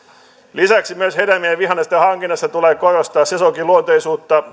lisäksi myös hedelmien ja vihannesten hankinnassa tulee korostaa sesonkiluonteisuutta